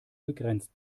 begrenzt